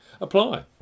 apply